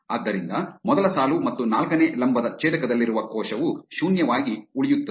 ಆದ್ದರಿಂದ ಮೊದಲ ಸಾಲು ಮತ್ತು ನಾಲ್ಕನೇ ಲಂಬದ ಛೇದಕದಲ್ಲಿರುವ ಕೋಶವು ಶೂನ್ಯವಾಗಿ ಉಳಿಯುತ್ತದೆ